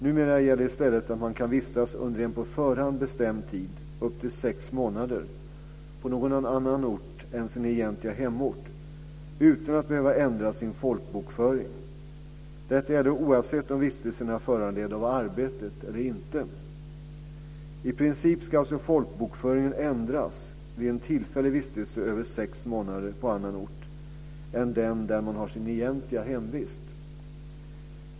Numera gäller i stället att man kan vistas under en på förhand bestämd tid, upp till sex månader, på någon annan ort än sin egentliga hemort, utan att behöva ändra sin folkbokföring. Detta gäller oavsett om vistelsen är föranledd av arbetet eller inte. I princip ska alltså folkbokföringen ändras vid en tillfällig vistelse över sex månader på annan ort än den där man har sitt egentliga hemvist.